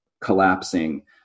collapsing